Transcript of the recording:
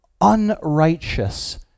unrighteous